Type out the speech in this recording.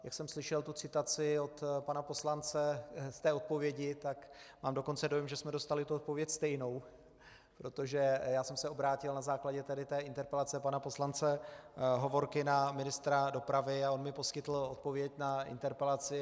Jak jsem slyšel tu citaci od pana poslance v té odpovědi, tak mám dokonce dojem, že jsme dostali tu odpověď stejnou, protože já jsem se obrátil na základě tady té interpelace pana poslance Hovorky na ministra dopravy a on mi poskytl odpověď na interpelaci.